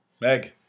Meg